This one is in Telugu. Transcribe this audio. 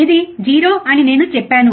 ఇది 0 అని నేను చెప్పాను